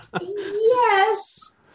yes